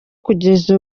kugeza